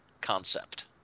concept